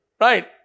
right